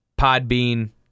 Podbean